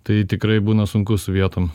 tai tikrai būna sunku su vietom